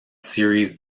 series